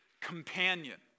companion